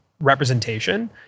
representation